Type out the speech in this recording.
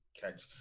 catch